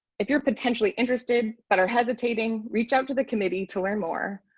if you're potentially interested, but are hesitating reach out to the committee to learn more.